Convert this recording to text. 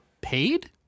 paid